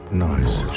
noise